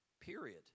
Period